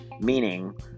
meaning